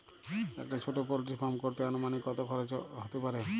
একটা ছোটো poultry farm করতে আনুমানিক কত খরচ কত হতে পারে?